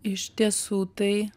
iš tiesų tai